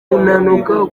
kunanuka